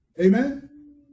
Amen